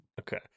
Okay